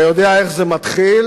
אתה יודע איך זה מתחיל,